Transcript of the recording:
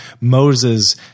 Moses